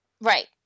right